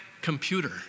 computer